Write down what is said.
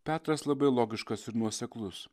petras labai logiškas ir nuoseklus